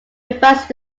revised